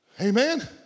Amen